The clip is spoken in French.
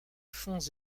fonds